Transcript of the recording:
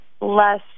less